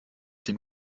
dem